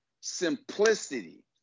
Simplicity